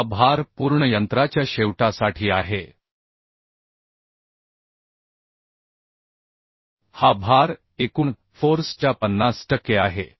हा भार पूर्ण यंत्राच्या शेवटासाठी आहे हा भार एकूण फोर्स च्या 50 टक्के आहे